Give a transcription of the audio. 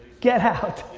get out!